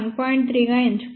3 గా ఎంచుకోవచ్చు